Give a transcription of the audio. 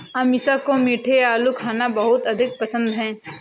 अमीषा को मीठे आलू खाना बहुत अधिक पसंद है